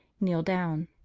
kneel down.